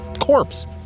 corpse